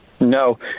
No